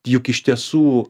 juk iš tiesų